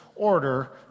Order